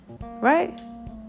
right